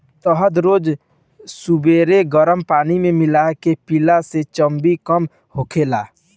शहद रोज सबेरे गरम पानी में मिला के पियला से चर्बी कम होखेला